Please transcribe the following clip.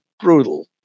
brutal